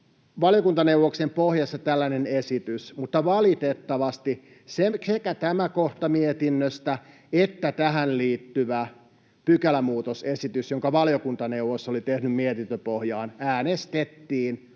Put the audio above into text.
valiokuntaneuvoksen pohjassa tällainen esitys, mutta valitettavasti sekä tämä kohta mietinnöstä että tähän liittyvä pykälämuutosesitys, jonka valiokuntaneuvos oli tehnyt mietintöpohjaan, äänestettiin